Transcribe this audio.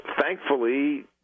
thankfully –